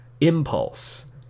Impulse